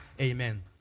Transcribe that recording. Amen